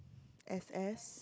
S S